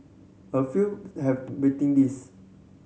a few have waiting list